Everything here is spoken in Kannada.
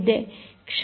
ಕ್ಷಮಿಸಿ